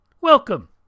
welcome